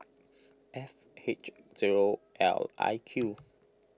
F H zero L I Q